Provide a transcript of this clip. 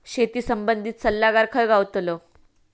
शेती संबंधित सल्लागार खय गावतलो?